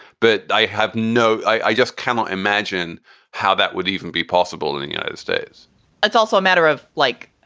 but i have no i just cannot imagine how that would even be possible in the united states it's also a matter of like